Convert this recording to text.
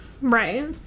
Right